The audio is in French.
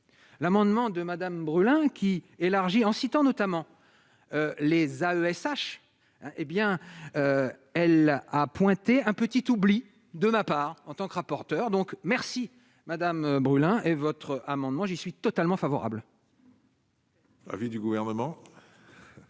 l'amendement de Madame Brulin qui élargit en citant notamment les AESH, hé bien elle a pointé un petit oubli de ma part en tant que rapporteur donc merci madame brûlant et votre amendement j'y suis totalement favorable. Avis du Gouvernement.